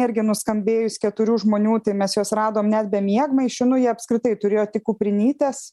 irgi nuskambėjus keturių žmonių tai mes juos radom ne be miegmaišių nu jie apskritai turėjo tik kuprinytes